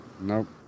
Nope